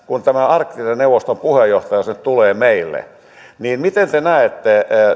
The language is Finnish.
kun tämä arktisen neuvoston puheenjohtajuus nyt tulee meille niin miten te näette